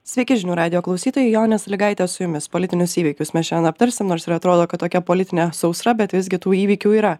sveiki žinių radijo klausytojai jonė salygaitė su jumis politinius įvykius mes šiandien aptarsim nors ir atrodo kad tokia politinė sausra bet visgi tų įvykių yra